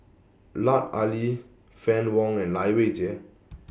Lut Ali Fann Wong and Lai Weijie